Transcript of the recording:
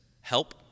help